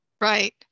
Right